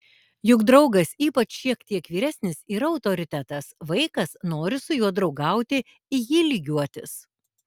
juk draugas ypač šiek tiek vyresnis yra autoritetas vaikas nori su juo draugauti į jį lygiuotis